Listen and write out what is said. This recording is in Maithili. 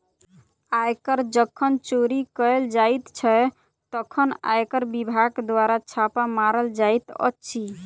आयकर जखन चोरी कयल जाइत छै, तखन आयकर विभाग द्वारा छापा मारल जाइत अछि